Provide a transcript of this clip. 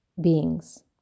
beings